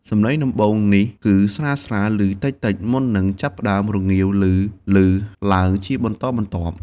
សំឡេងដំបូងនេះគឺស្រាលៗលឺតិចៗ មុននឹងចាប់ផ្តើមរងាវឮៗឡើងជាបន្តបន្ទាប់។